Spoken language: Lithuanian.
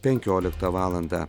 penkioliktą valandą